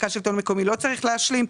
משרד שלטון מקומי לא צריך להשלים.